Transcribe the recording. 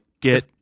get